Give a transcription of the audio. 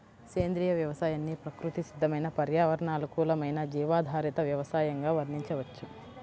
సేంద్రియ వ్యవసాయాన్ని ప్రకృతి సిద్దమైన పర్యావరణ అనుకూలమైన జీవాధారిత వ్యవసయంగా వర్ణించవచ్చు